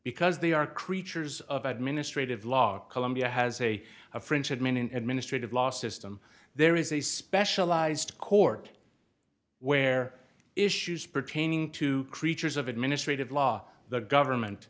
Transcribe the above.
because they are creatures of administrative law columbia has a a french admin an administrative law system there is a specialized court where issues pertaining to creatures of administrative law the government